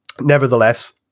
nevertheless